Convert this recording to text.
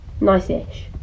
Nice-ish